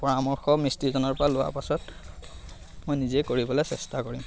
পৰামৰ্শ মিস্ত্ৰীজনৰ পৰা লোৱাৰ পাছত মই নিজেই কৰিবলৈ চেষ্টা কৰিম